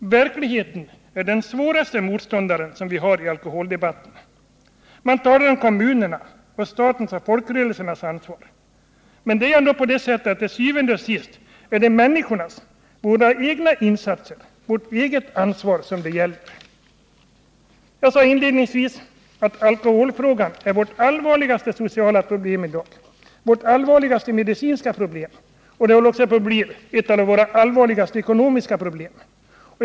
Verkligheten är den svåraste motståndare som vi har i alkoholdebatten. Man talar om kommunernas, statens och folkrörelsernas ansvar. Men det är ju ändå til syvende og sidst människornas — våra egna — insatser, vårt eget ansvar som det gäller. Jag sade inledningsvis att alkoholfrågan är vårt allvarligaste sociala och medicinska problem i dag. Det håller också på att bli ett av våra allvarligaste ekonomiska problem.